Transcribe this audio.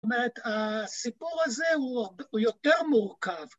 זאת אומרת, הסיפור הזה הוא... הוא יותר מורכב.